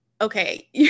Okay